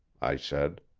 i said.